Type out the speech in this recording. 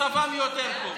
מצבם יותר טוב,